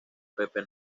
pepe